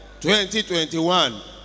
2021